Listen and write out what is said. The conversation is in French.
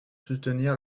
soutenir